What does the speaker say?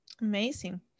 amazing